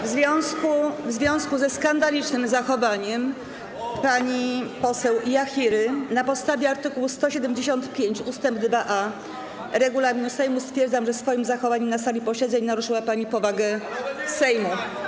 W związku ze skandalicznym zachowaniem pani poseł Jachiry na podstawie art. 175 ust. 2a regulaminu Sejmu stwierdzam, że swoim zachowaniem na sali posiedzeń naruszyła pani powagę Sejmu.